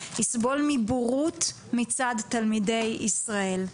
יסבול מבורות מצד תלמידי ישראל,